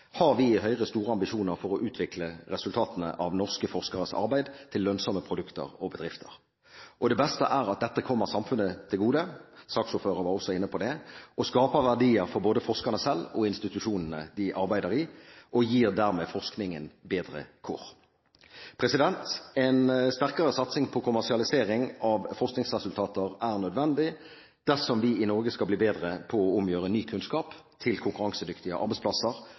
har vi i Høyre store ambisjoner om å utvikle resultatene av norske forskeres arbeid til lønnsomme produkter og bedrifter. Det beste er at dette kommer samfunnet til gode – saksordføreren var også inne på det – og skaper verdier for både forskerne selv og institusjonene de arbeider i, og gir dermed forskningen bedre kår. En sterkere satsing på kommersialisering av forskningsresultater er nødvendig dersom vi i Norge skal bli bedre på å omgjøre ny kunnskap til konkurransedyktige arbeidsplasser